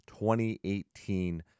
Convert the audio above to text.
2018